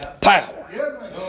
power